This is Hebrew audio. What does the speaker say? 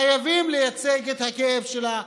חייבים לייצג את הכאב שלה.